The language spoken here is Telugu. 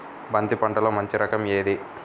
బంతి పంటలో మంచి రకం ఏది?